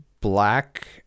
Black